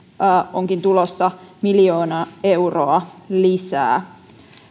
onkin tulossa miljoona euroa lisää